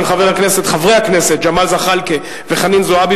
של חברי הכנסת ג'מאל זחאלקה וחנין זועבי.